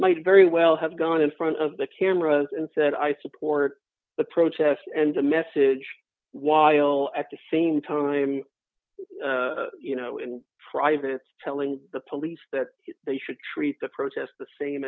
might very well have gone in front of the cameras and said i support the protest and the message while at the same time you know in private it's telling the police that they should treat the protest the same